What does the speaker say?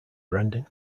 brendan